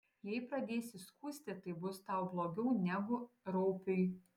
jei pradėsi skųsti tai bus tau blogiau negu raupiui